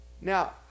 Now